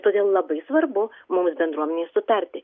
todėl labai svarbu mums bendruomenei sutarti